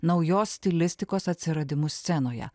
naujos stilistikos atsiradimu scenoje